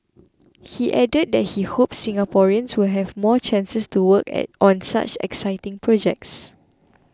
he added that he hopes Singaporeans will have more chances to work at on such exciting projects